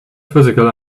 physical